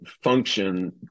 function